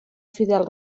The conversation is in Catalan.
fidel